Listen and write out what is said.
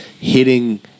hitting